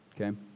okay